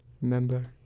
Remember